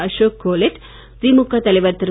அசோக் கேலோட் திமுக தலைவர் திரு